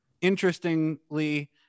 interestingly